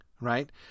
right